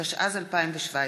התשע"ז 2017,